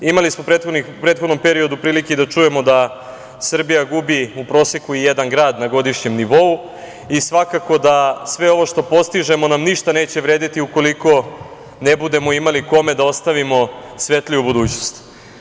Imali smo u prethodnom periodu prilike da čujemo Srbija gubi u proseku jedan grad na godišnjem nivou i svakako da sve ovo što postižemo nam ništa neće vredeti ukoliko ne budemo imali kome da ostavimo svetliju budućnost.